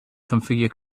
configure